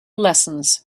lessons